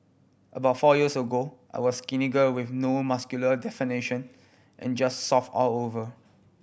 about four years ago I was a skinny girl with no muscle definition and just soft all over